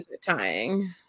tying